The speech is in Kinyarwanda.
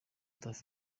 tuff